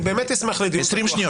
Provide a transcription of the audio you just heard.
אני באמת אשמח לדיון פתוח,